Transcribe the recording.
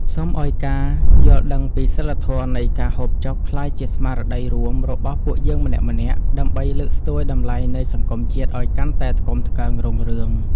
សូមឱ្យការយល់ដឹងពីសីលធម៌នៃការហូបចុកក្លាយជាស្មារតីរួមរបស់ពួកយើងម្នាក់ៗដើម្បីលើកស្ទួយតម្លៃនៃសង្គមជាតិឱ្យកាន់តែថ្កុំថ្កើងរុងរឿង។